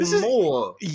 more